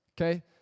okay